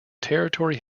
territory